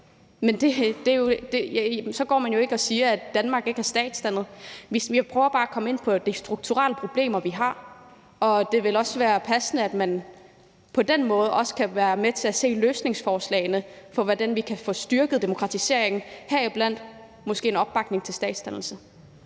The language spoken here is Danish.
derfor går man jo ikke og siger, at Danmark ikke er dannet som stat. Jeg prøver bare at komme ind på de strukturelle problemer, vi har, og det vil også være passende, at man på den måde kan være med til at se på løsningsforslagene, med hensyn til hvordan vi kan få styrket demokratiseringen, heriblandt måske en opbakning til statsdannelse.